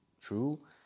true